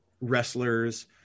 wrestlers